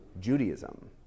Judaism